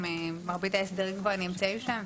מרבית ההסדרים כבר נמצאים שם,